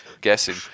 guessing